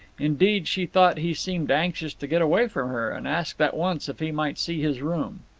indeed, she thought he seemed anxious to get away from her, and asked at once if he might see his room.